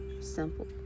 Simple